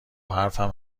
حرفم